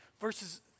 Verses